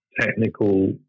technical